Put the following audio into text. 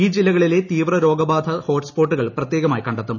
ഈ ജില്ലകളിലെ തീവ്ര രോഗബാധാ ഹോട്ട്സ്പോട്ടുകൾ പ്രത്യേകമായി കണ്ടെത്തും